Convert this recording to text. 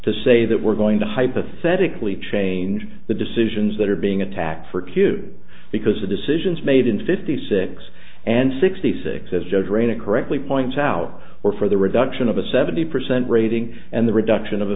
to say that we're going to hypothetically change the decisions that are being attacked for q because of decisions made in fifty six and sixty six as judge raina correctly points out or for the reduction of a seventy percent rating and the reduction of a